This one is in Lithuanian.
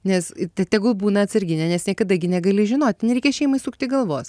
nes t tegul būna atsarginė nes niekada gi negali žinot nereikia šeimai sukti galvos